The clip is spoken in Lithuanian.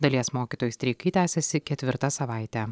dalies mokytojų streikai tęsiasi ketvirtą savaitę